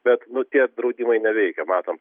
bet nu tie draudimai neveikia matom